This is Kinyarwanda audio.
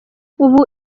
ubu